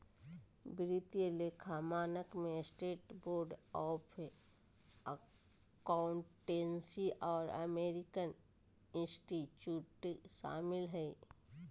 वित्तीय लेखा मानक में स्टेट बोर्ड ऑफ अकाउंटेंसी और अमेरिकन इंस्टीट्यूट शामिल हइ